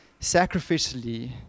sacrificially